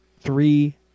three